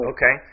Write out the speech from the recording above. Okay